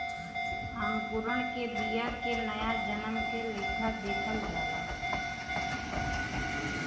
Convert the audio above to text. अंकुरण के बिया के नया जन्म के लेखा देखल जाला